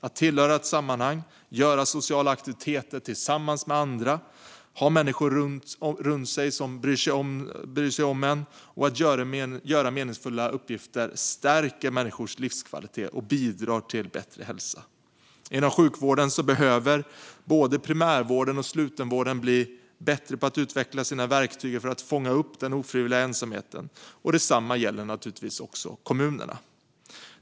Att tillhöra ett sammanhang, göra sociala aktiviteter tillsammans med andra, ha människor runt omkring sig som bryr sig om en och att göra meningsfulla uppgifter stärker människors livskvalitet och bidrar till bättre hälsa. Inom sjukvården behöver både primärvården och slutenvården bli bättre på att utveckla sina verktyg för att fånga upp den ofrivilliga ensamheten. Detsamma gäller naturligtvis också kommunerna.